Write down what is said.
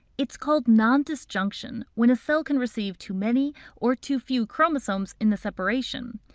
it's called nondisjunction when a cell can receive too many or too few chromosomes in the separation.